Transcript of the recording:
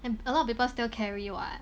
and a lot of people still carry what